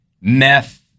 Meth